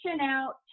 out